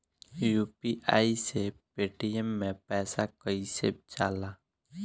UPI से Paytm मे पैसा कइसे जाला?